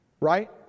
right